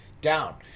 down